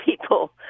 people